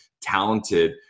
talented